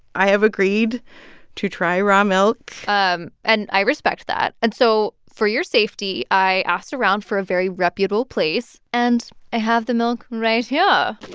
i have agreed to try raw milk um and i respect that. and so for your safety, i asked around for a very reputable place. and i have the milk right here.